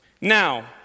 Now